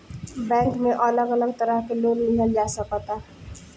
bank में अलग अलग तरह के लोन लिहल जा सकता